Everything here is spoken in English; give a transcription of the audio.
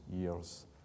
years